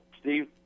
Steve